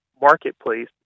marketplace